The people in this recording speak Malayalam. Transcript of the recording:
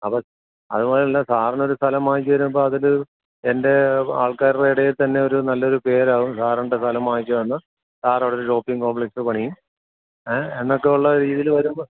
അപ്പോൾ അതുപോലല്ല സാറിന് ഒരു സ്ഥലം വാങ്ങിച്ചു തരുമ്പോൾ അതിൽ എൻ്റെ ആൾക്കാരുടെ ഇടയിൽ തന്നെ ഒരു നല്ലൊരു പേരാവും സാറിൻ്റെ സ്ഥലം വാങ്ങിച്ച് തന്ന സാർ അവിടെയൊരു ഷോപ്പിംഗ് കോംപ്ലസ പണിയും ഏ എന്നൊക്കെയുള്ള ഒരുതിൽ വരുമ്പോൾ